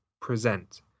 present